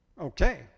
Okay